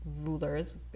rulers